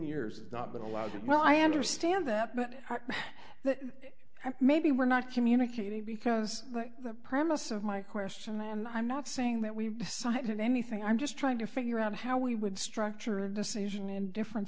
years not been allowed well i understand that but maybe we're not communicating because the premise of my question and i'm not saying that we've decided anything i'm just trying to figure out how we would structure a decision in different